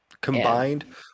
combined